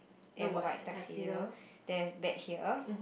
and white tuxedo that's back here